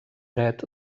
dret